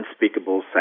unspeakable